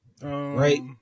Right